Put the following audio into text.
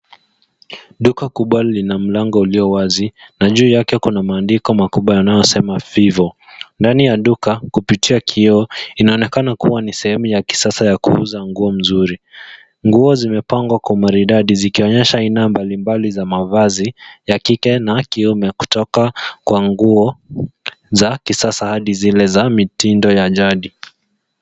Duka kubwa lina mlango ulio wazi na juu yake kuna maandiko makubwa yanayosema vivo . Ndani ya duka kupitia kioo inaonekana kuwa ni sehemu ya kisasa ya kuuza nguo nzuri. Nguo zimepangwa kwa maridadi zikionyesha aina mbalimbali za mavazi ya kike na kiume kutoka kwa nguo za kisasa hadi zile za mitindo ya jadi.